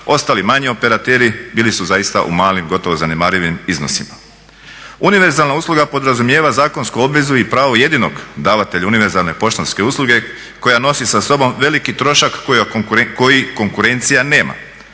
ostali manji operateri bili su zaista u malim gotovo zanemarivim iznosima. Univerzalna usluga podrazumijeva zakonsku obvezu i pravo jedinog davatelja univerzalne poštanske usluge koja nosi sa sobom veliki trošak koji konkurencija nema.